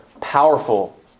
powerful